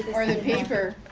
or the paper.